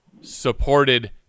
supported